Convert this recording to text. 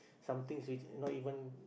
some things which not even